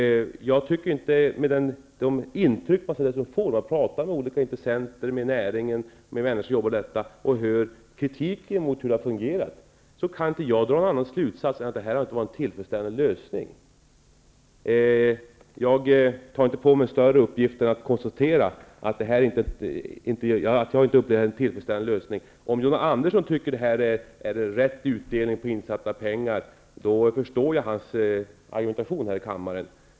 Med de intryck jag har fått efter att ha talat med olika intressenter, näringen och de som arbetar med detta och efter att ha hört kritiken mot hur det har fungerat, kan jag inte dra någon annan slutsats än att det här inte har varit en tillfredsställande lösning. Jag tar inte på mig större uppgifter än att jag konstaterar att jag inte upplever att det har varit en tillfredsställande lösning. Om John Andersson tycker att det här är rätt utdelning på insatta pengar, förstår jag hans argumentation här i kammaren.